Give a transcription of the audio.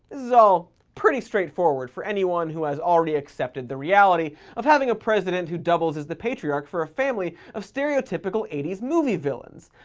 is all pretty straightforward for anyone who has already accepted the reality of having a president who doubles as the patriarch for a family of stereotypical eighty s movie villains.